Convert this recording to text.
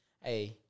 hey